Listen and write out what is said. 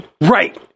right